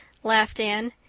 laughed anne.